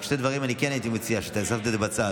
רק שני דברים אני כן הייתי מציע, שאתה שמת בצד: